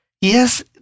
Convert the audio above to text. Yes